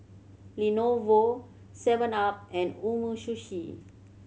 Lenovo seven up and Umisushi